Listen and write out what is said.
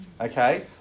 okay